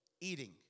eating